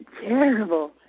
terrible